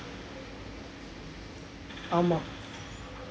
ஆமாம்:aamaam